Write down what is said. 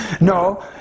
no